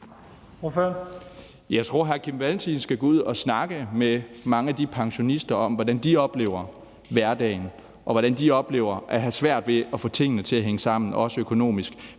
Jeg tror, hr. Kim Valentin skal gå ud og snakke med mange af de pensionister om, hvordan de oplever hverdagen, og hvordan de oplever at have svært ved at få tingene til at hænge sammen også økonomisk